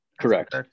Correct